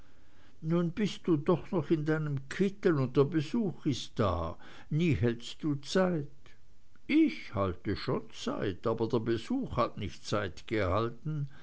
nun bist du doch noch in deinem kittel und der besuch ist da nie hältst du zeit ich halte schon zeit aber der besuch hat nicht zeit gehalten